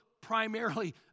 primarily